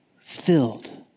filled